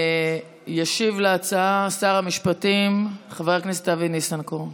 ישיב על ההצעה שר המשפטים חבר הכנסת אבי ניסנקורן.